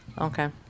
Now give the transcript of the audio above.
Okay